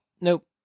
Nope